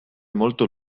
molto